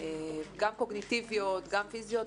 גם קוגניטיביות וגם פיזיות,